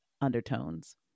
undertones